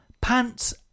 Pants